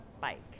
bike